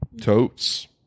Totes